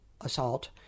assault